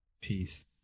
Peace